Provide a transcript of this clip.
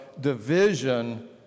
division